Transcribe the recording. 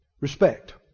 Respect